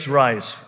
rise